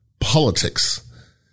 politics